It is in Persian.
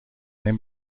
این